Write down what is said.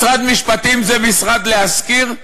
משרד משפטים זה משרד להשכיר,